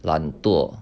懒惰